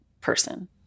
person